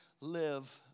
live